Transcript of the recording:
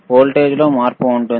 వోల్టేజ్లో మార్పు ఉంది